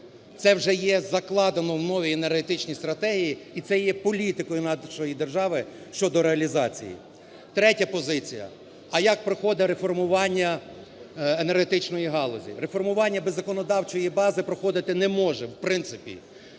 це вже є закладено в новій енергетичній стратегії і це є політикою нашої держави щодо реалізації. Третя позиція. А як проходить реформування енергетичної галузі? Реформування без законодавчої бази проходити не може, в принципі.